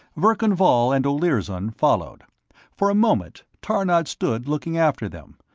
verkan vall and olirzon followed for a moment, tarnod stood looking after them,